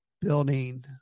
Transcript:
building